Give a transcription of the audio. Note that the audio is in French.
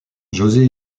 josé